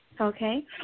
Okay